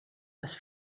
les